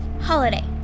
Holiday